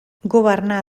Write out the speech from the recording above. governà